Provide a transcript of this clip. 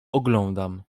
oglądam